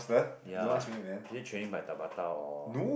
ya is it training by tabata or